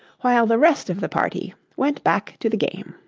while the rest of the party went back to the game.